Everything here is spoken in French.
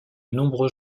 nombreux